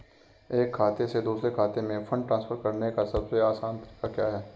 एक खाते से दूसरे खाते में फंड ट्रांसफर करने का सबसे आसान तरीका क्या है?